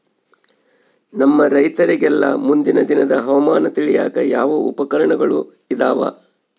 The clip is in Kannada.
ನಮ್ಮ ರೈತರಿಗೆಲ್ಲಾ ಮುಂದಿನ ದಿನದ ಹವಾಮಾನ ತಿಳಿಯಾಕ ಯಾವ ಉಪಕರಣಗಳು ಇದಾವ?